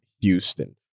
Houston